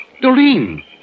Doreen